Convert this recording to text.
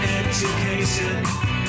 education